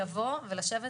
לבוא ולשבת